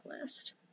list